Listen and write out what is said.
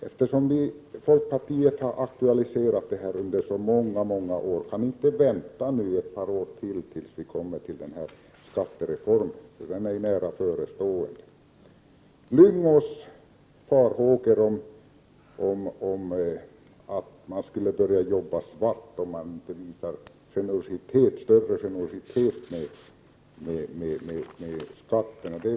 Eftersom ni i folkpartiet har aktualiserat detta under många år, kan ni då inte vänta ett par år till tills vi kommer till den här skattereformen, den är ju nu nära förestående? Gösta Lyngå uttalade farhågor för att folk skulle börja jobba svart om man inte visade större generositet med skatterna.